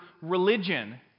religion